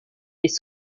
les